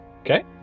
Okay